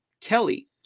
Kelly